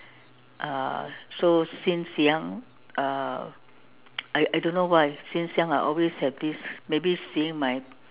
uh so since young uh I I don't why since young I always have this maybe seeing my